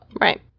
Right